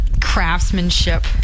craftsmanship